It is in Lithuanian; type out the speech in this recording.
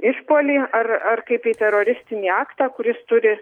išpuolį ar ar kaip į teroristinį aktą kuris turi